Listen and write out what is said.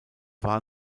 war